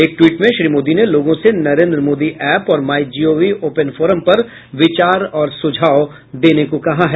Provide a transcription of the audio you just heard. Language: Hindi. एक टवीट में श्री मोदी ने लोगों से नरेन्द्र मोदी ऐप और माई जीओवी ओपन फोरम पर विचार और सुझाव देने को कहा है